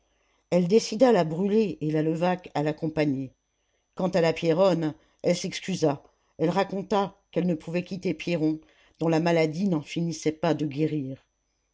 elle décida la brûlé et la levaque à l'accompagner quant à la pierronne elle s'excusa elle raconta qu'elle ne pouvait quitter pierron dont la maladie n'en finissait pas de guérir